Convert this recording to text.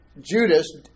Judas